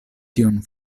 tion